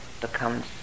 becomes